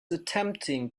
attempting